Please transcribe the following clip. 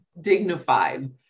dignified